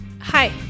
Hi